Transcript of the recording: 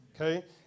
Okay